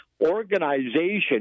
organization